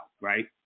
right